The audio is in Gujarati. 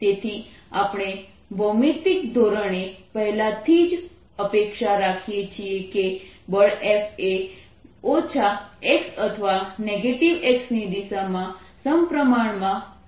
તેથી આપણે ભૌમિતિક ધોરણે પહેલાથી જ અપેક્ષા રાખીએ છીએ કે બળ F એ માયનસ x અથવા નેગેટીવ x દિશામાં સમપ્રમાણમાં F∝−x બનશે